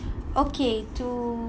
okay to